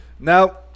now